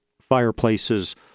fireplaces